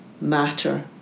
matter